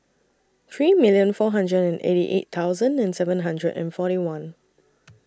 three million four hundred and eighty eight thousand and seven hundred and forty one